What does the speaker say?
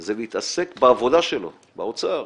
זה להתעסק בעבודה שלו, באוצר,